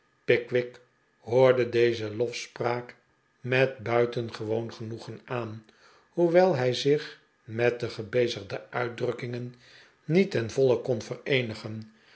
hoorde deze lofspraak met buitengewoon genoegen aan hoewel hij zich met de gebezigde uitdrukkingen niet ten voile kon vereenigen